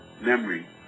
memory